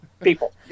people